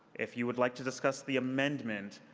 if you would like to discuss the amendment,